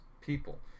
people